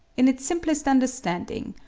in its simplest understanding,